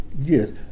Yes